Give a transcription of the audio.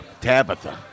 Tabitha